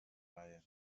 reihe